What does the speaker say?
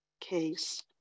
case